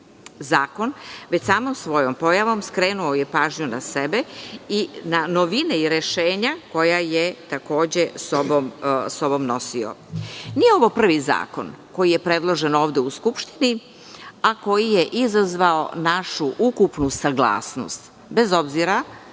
već samom svojom pojavom skrenuo je pažnju na sebe i na novine i rešenja koja je takođe sa sobom nosio. Nije ovo prvi zakon koji je predložen ovde u Skupštini, a koji je izazvao našu ukupnu saglasnost, bez obzira